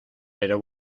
pero